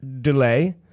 delay